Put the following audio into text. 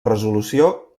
resolució